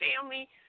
family